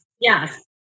yes